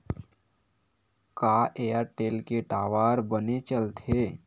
का एयरटेल के टावर बने चलथे?